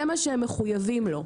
זה מה שהם מחויבים לו,